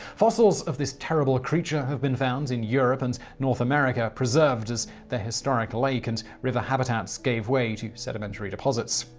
fossils of this terrible creature have been found in europe and north america, preserved as their historic lake and river habitats gave way to sedimentary deposits.